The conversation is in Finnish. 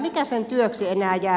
mikä sen työksi enää jää